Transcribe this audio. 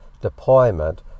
deployment